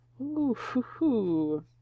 Ooh-hoo-hoo